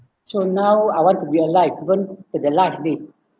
so now I want to be alive even to the last day